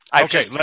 Okay